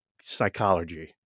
psychology